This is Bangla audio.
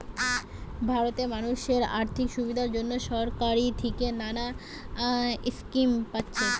ভারতের মানুষ আর্থিক সুবিধার জন্যে সরকার থিকে নানা স্কিম পাচ্ছে